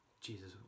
jesus